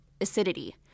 acidity